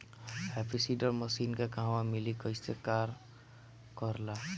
Happy seeder machine के कहवा मिली कैसे कार कर ला?